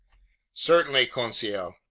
certainly, conseil.